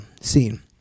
scene